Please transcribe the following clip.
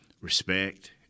respect